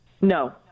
no